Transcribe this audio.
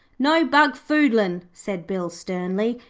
no bungfoodlin' said bill sternly.